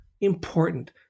important